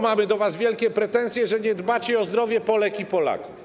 Mamy do was wielkie pretensje o to, że nie dbacie o zdrowie Polek i Polaków.